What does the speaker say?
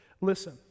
listen